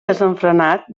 desenfrenat